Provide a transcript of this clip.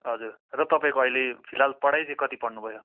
हजुर र तपाईँको अहिले फिलहाल पढाइ चाहिँ कति पढ्नुभयो